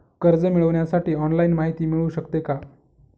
कर्ज मिळविण्यासाठी ऑनलाईन माहिती मिळू शकते का?